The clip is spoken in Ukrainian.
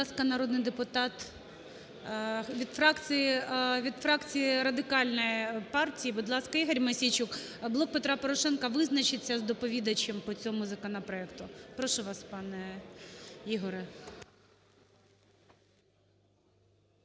Будь ласка, народний депутат від фракції Радикальної партії, будь ласка, Ігор Мосійчук. "Блок Петра Порошенка", Визначиться з доповідачем по цьому законопроекту . Прошу вас, пане Ігоре.